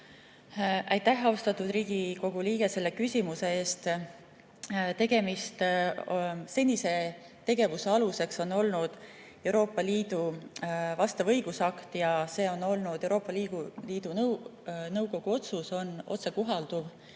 Aitäh, austatud Riigikogu liige, selle küsimuse eest! Senise tegevuse aluseks on olnud Euroopa Liidu vastav õigusakt ja see on olnud Euroopa Liidu Nõukogu otsus, see on otsekohalduv.